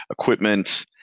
equipment